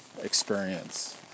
experience